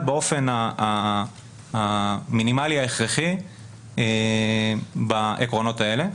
באופן המינימלי ההכרחי בעקרונות האלה,